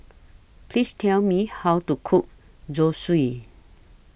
Please Tell Me How to Cook Zosui